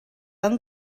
hem